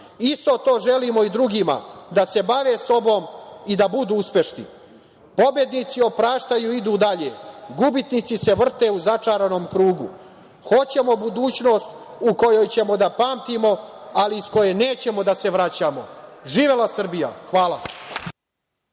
Isto to želimo i drugima, da se bave sobom i da budu uspešni. Pobednici opraštaju i idu dalje. Gubitnici se vrte u začaranom krugu. Hoćemo budućnost u kojoj ćemo da pamtimo, ali iz koje nećemo da se vraćamo. Živela Srbija! Hvala.